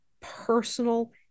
personal